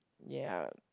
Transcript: ya